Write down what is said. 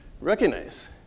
recognize